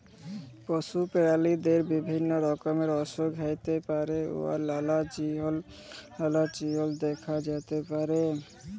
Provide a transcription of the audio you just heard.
পশু পেরালিদের বিভিল্য রকমের অসুখ হ্যইতে পারে উয়ার লালা চিল্হ দ্যাখা যাতে পারে